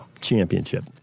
championship